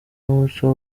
n’umuco